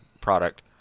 product